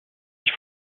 ich